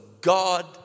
God